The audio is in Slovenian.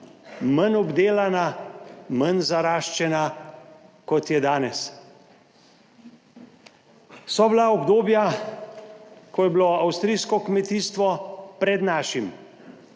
manj obdelana, manj zaraščena, kot je danes. So bila obdobja, ko je bilo avstrijsko kmetijstvo pred našim,